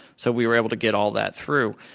so we were able to get all that through.